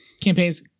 Campaigns